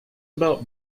about